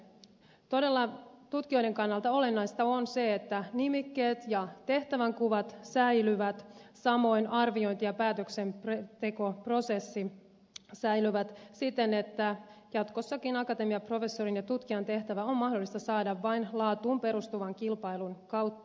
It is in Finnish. todella tutkijoiden kannalta olennaista on se että nimikkeet ja tehtävänkuvat säilyvät samoin arviointi ja päätöksentekoprosessi säilyvät siten että jatkossakin akatemiaprofessorin ja tutkijan tehtävä on mahdollista saada vain laatuun perustuvan kilpailun kautta